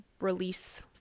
release